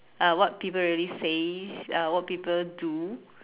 uh what people really says uh what people do